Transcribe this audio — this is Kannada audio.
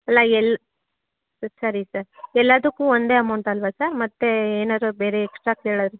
ಅಲ್ಲ ಎಲ್ಲ ಸರಿ ಸರ್ ಎಲ್ಲಾದಕ್ಕೂ ಒಂದೇ ಅಮೌಂಟ್ ಅಲ್ವಾ ಸರ್ ಮತ್ತೆ ಏನಾದ್ರೂ ಬೇರೆ ಎಕ್ಸ್ಟ್ರಾ ಕೇಳೋದು